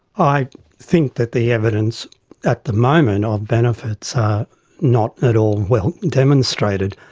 i think that the evidence at the moment of benefits are not at all well demonstrated.